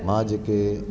मां जेके